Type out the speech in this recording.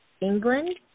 England